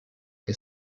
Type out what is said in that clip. che